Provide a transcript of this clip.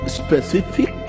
specific